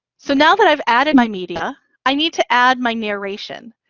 so now that i've added my media, i need to add my narration,